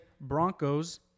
Broncos